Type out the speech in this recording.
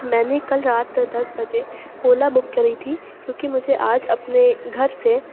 میں نے کل رات دس بجے اولا بک کری تھی کیونکہ مجھے آج اپنے گھر سے